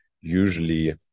usually